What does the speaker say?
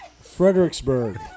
Fredericksburg